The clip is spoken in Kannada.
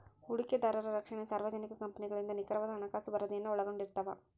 ಹೂಡಿಕೆದಾರರ ರಕ್ಷಣೆ ಸಾರ್ವಜನಿಕ ಕಂಪನಿಗಳಿಂದ ನಿಖರವಾದ ಹಣಕಾಸು ವರದಿಯನ್ನು ಒಳಗೊಂಡಿರ್ತವ